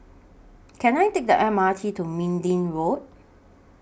Can I Take The M R T to Minden Road